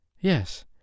Yes